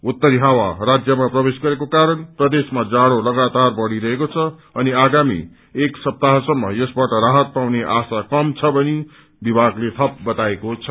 उत्तरी हावा राज्यमा प्रवेश गरेको कारण प्रदेशमा जाड़ो लगातार बढ़िरहेको छ अनि आगामी एक सप्ताहसम्म यसबाट राहत पाउने आशा कम छ भनी विभागले थप बताएको छ